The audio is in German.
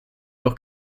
auch